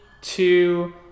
two